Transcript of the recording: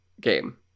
game